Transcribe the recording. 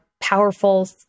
Powerful